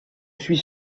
suis